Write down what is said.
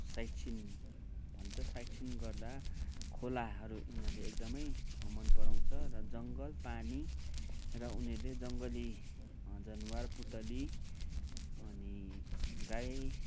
site scene भन्छ sightseeing गर्दा खोलाहरू यिनीहरूले एकदमै मन पराउँछ र जङ्गल पानी र उनीहरूले जङ्गली जनवार पुतली अनि गाई